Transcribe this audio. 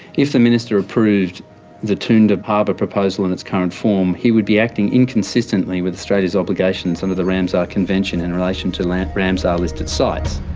if the minister approved the toondah harbour proposal in its current form, he would be acting inconsistently with australia's obligations under the ramsar convention in relation to ramsar listed sites'.